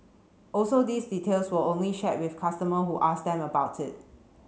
also these details were only shared with customer who asked them about it